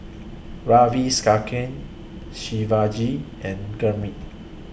Ravi Shankar Shivaji and Gurmeet